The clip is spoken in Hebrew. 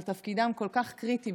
אבל תפקידם כל כך קריטי,